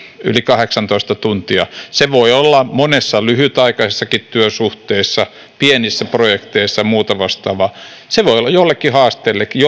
yli kahdeksantoista tuntia voi olla monessa lyhytaikaisessakin työsuhteessa pienissä projekteissa ja muuta vastaavaa se voi olla jollekin haasteellistakin